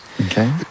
Okay